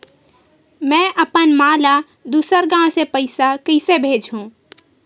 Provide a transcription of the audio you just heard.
में अपन मा ला दुसर गांव से पईसा कइसे भेजहु?